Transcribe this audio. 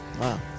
Wow